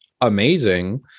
amazing